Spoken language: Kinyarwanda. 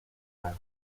saa